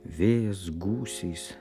vėjas gūsiais